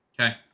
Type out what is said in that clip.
Okay